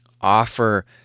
offer